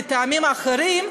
מטעמים אחרים,